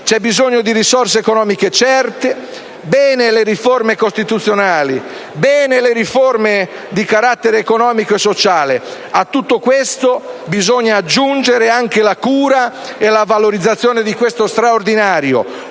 c'è bisogno di risorse economiche certe. Bene le riforme costituzionali; bene le riforme di carattere economico sociale. A tutto questo bisogna aggiungere anche la cura e la valorizzazione di questo straordinario,